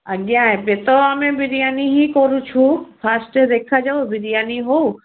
ଆଜ୍ଞା ଏବେ ତ ଆମେ ବିରିୟାନୀ ହିଁ କରୁଛୁ ଫାଷ୍ଟ ଦେଖାଯାଉ ବିରିୟାନୀ ହଉ